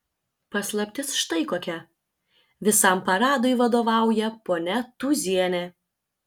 paslaptis štai kokia visam paradui vadovauja ponia tūzienė